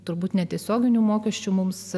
turbūt netiesioginių mokesčių mums